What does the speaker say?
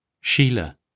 Sheila